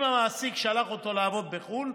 אם המעסיק שלח אותו לעבוד בחו"ל,